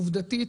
עובדתית,